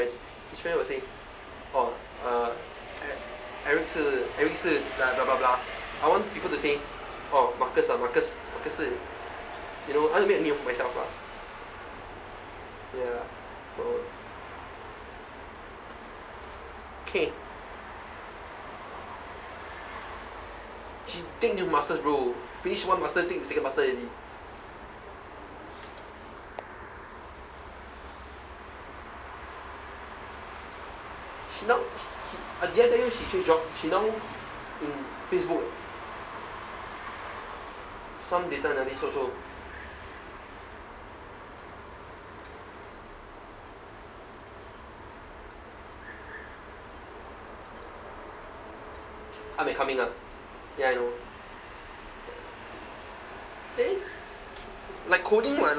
his friend will say orh uh e~ eric 是 eric 是 blah blah blah I want people to say oh marcus ah marcus marcus 是 you know I want to make a name for myself lah ya so kay she take new masters bro finish one master take the second master already she not I did I tell you she change job she now in facebook eh some data analyst also up and coming ah ya I know eh like coding [what]